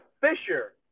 Fisher